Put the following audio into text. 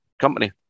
company